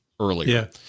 earlier